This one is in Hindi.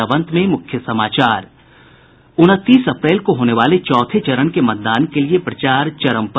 और अब अंत में मुख्य समाचार उनतीस अप्रैल को होने वाले चौथे चरण के मतदान के लिए प्रचार चरम पर